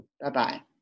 Bye-bye